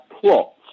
plots